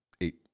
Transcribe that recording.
Eight